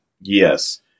Yes